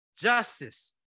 justice